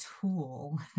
tool